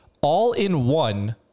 all-in-one